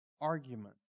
argument